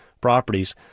properties